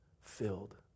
filled